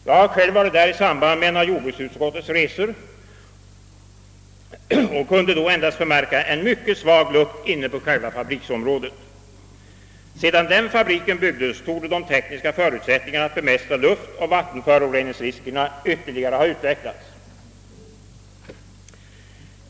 Jag har själv varit där i samband med en av jordbruksutskottets resor och kunde då endast förmärka en mycket svag lukt inne på själva fabriksområdet. Sedan den fabriken byggdes torde de tekniska förutsättningarna att bemästra luftoch vattenföroreningsriskerna ytterligare ha utvecklats.